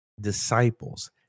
disciples